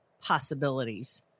possibilities